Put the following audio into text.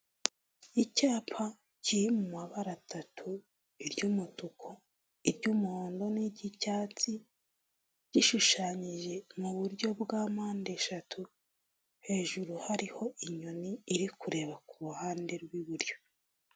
Icyapa kiri mu mabara atatu; iry'umutuku, iry'umuhondo, n'iry'icyatsi, gishushanyije mu buryo bwa mpande eshatu, hejuru hariho inyoni iri kureba ku ruhande rw'iburyo.